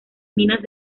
minas